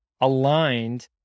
aligned